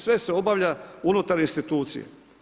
Sve se obavlja unutar institucije.